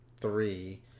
three